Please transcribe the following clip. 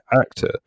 actor